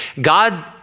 God